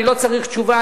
אני לא צריך תשובה,